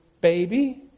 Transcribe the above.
baby